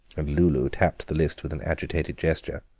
and lulu tapped the list with an agitated gesture.